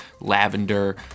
lavender